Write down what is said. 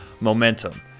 momentum